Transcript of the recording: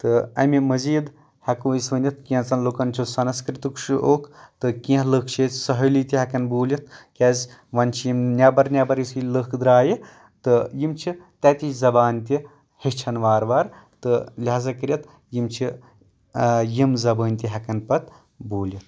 تہٕ امہِ مٔزیٖد ہٮ۪کو أسۍ ؤنِتھ کینٛژن لُکن سنسکرتُک شوق تہٕ کینٛہہ لُکھ چھِ ییٚتہِ سٔہلی تہِ ہٮ۪کان بوٗلِتھ کیٛاز وۄنۍ چھِ یِم نٮ۪بر نٮ۪بر یُس یہِ لُکھ درٛایہِ تہٕ یِم چھِ تتِچ زبان تہِ ہٮ۪چھان وارٕ وارٕ تہٕ لہٰزا کٔرتھ یِم چھِ یِم زبٲنۍ تہِ ہٮ۪کان پتہٕ بوٗلِتھ